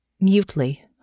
Mutely